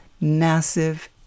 massive